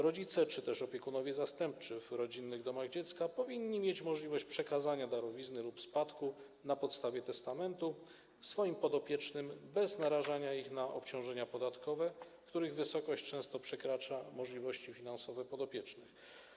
Rodzice czy też opiekunowie zastępczy w rodzinnych domach dziecka powinni mieć możliwość przekazania darowizny lub spadku na podstawie testamentu swoim podopiecznym bez narażania ich na obciążenia podatkowe, których wysokość często przekracza możliwości finansowe podopiecznych.